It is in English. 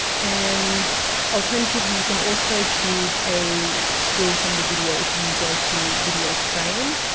and alternatively, you can also choose a still from the video. if you go to video frame,